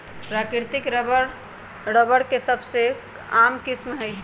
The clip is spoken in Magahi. प्राकृतिक रबर, रबर के सबसे आम किस्म हई